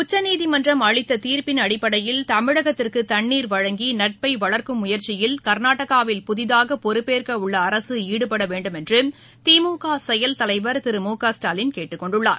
உச்சநீதிமன்றம் அளித்த தீர்ப்பின் அடிப்படையில் தமிழகத்திற்கு தண்ணீர் வழங்கி நட்பை வளர்க்கும் ழுயற்சியில் கர்நாடகாவில் புதிதாக பொறுப்பேற்க உள்ள அரசு ஈடுபட வேண்டும் என்று திமுக செயல் தலைவர் திரு மு க ஸ்டாலின் கேட்டுக்கொண்டுள்ளார்